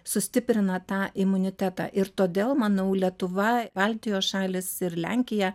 sustiprina tą imunitetą ir todėl manau lietuva baltijos šalys ir lenkija